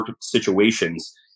situations